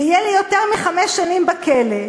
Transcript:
ויהיו לי יותר מחמש שנים בכלא,